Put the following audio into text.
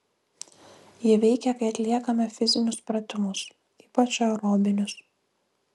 ji veikia kai atliekame fizinius pratimus ypač aerobinius